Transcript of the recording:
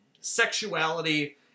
sexuality